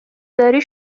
داری